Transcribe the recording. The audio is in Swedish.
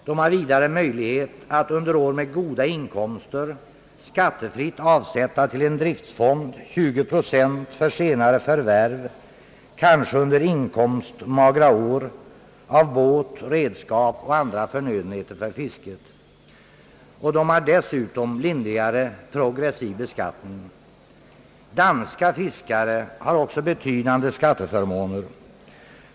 De har vidare möjlighet att under år med goda inkomster skattefritt avsätta 20 procent till en driftfond för senare förvärv — kanske under inkomstmagra år — av båt, redskap och andra förnödenheter för fisket. Dessutom har de lindrigare progressiv beskattning. Danska fiskare har också betydande skatteförmåner.